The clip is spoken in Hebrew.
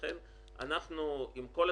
אנחנו נבדוק,